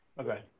okay